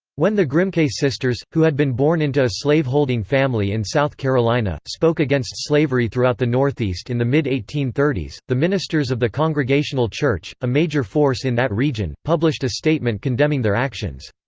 when the grimke sisters, who had been born into a slave-holding family in south carolina, spoke against slavery throughout the northeast in the mid eighteen thirty s, the ministers of the congregational church, a major force in that region, published a statement condemning their actions.